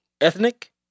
ethnic